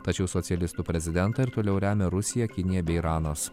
tačiau socialistų prezidentą ir toliau remia rusija kinija bei iranas